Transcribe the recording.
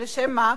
ולשם מה?